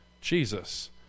Jesus